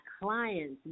clients